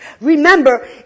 Remember